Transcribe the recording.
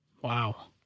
Wow